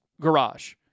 garage